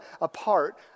apart